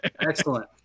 Excellent